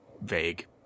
vague